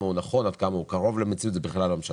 הוא נכון ועד כמה הוא קרוב למציאות אבל זה לא משנה.